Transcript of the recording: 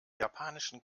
japanischen